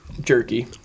Jerky